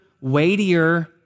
weightier